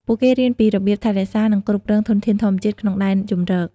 ពួកគេរៀនពីរបៀបថែរក្សា និងគ្រប់គ្រងធនធានធម្មជាតិក្នុងដែនជម្រក។